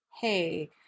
hey